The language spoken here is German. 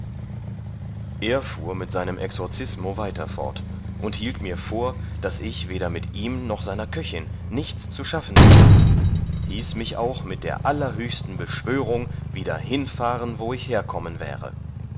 er fuhr mit seinem exorcismo weiter fort und hielt mir vor daß ich weder mit ihm noch seiner köchin nichts zu schaffen hätte hieß mich auch mit der allerhöchsten beschwörung wieder hinfahren wo ich herkommen wäre